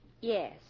Yes